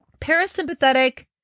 Parasympathetic